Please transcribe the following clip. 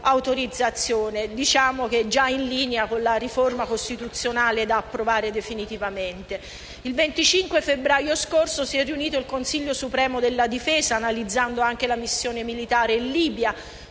Il 25 febbraio scorso si è riunito il Consiglio supremo di difesa, analizzando anche la missione militare in Libia,